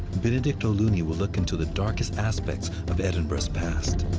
benedict o'loony will look into the darkest aspects of edinburgh's past.